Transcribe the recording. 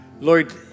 Lord